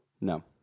No